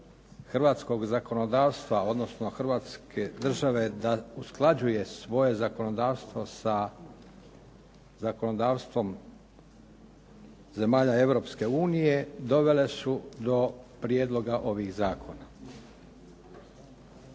hrvatskog zakonodavstva odnosno Hrvatske države da usklađuje svoje zakonodavstvo sa zakonodavstvom zemalja Europske unije, dovele su do prijedloga ovih zakona.